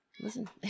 Listen